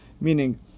meaning